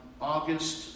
August